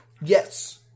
Yes